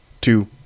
two